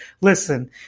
listen